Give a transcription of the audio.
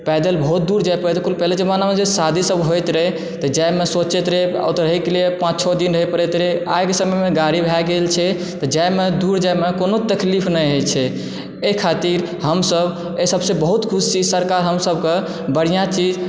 पैदल बहुत दूर जाय पड़ैत रहय पहिले जमानामे जे शादीसभ होयत तऽ जाइमे सोचैत रहय ओतय रहयके लिए पाँच छओ दिन ओतय रहैत रहय आइके समयमे गाड़ी भै गेल छै जाइमे दूर जाइमे कोनो तकलीफ नहि होयत छै एहि खातिर हमसभ एहिसभसँ बहुत खुश छी सरकार हमसभकऽ बढ़िआँ चीज